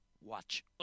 Watch